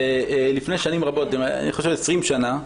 לפני שנים רבות, אני חושב 20 שנים,